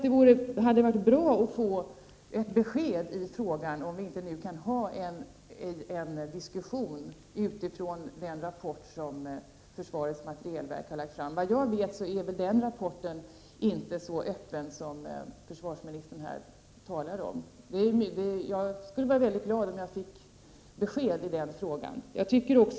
Det hade varit bra att få ett besked i frågan om vi inte nu kan ha en diskus sion utifrån den rapport som försvarets materielverk har lagt fram. Såvitt jag vet är den rapporten inte så öppen som försvarsministern här talar om. Jag skulle vara mycket glad om jag fick besked i den frågan.